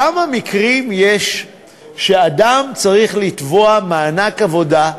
כמה מקרים יש שאדם צריך לתבוע מענק עבודה,